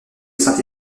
saint